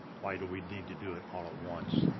why do we need to do it all at once?